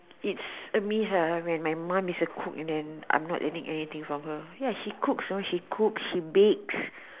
it's a waste lah when my mum is a cook and then I'm not learning anything from her ya she cooks know she cooks she bakes